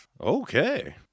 okay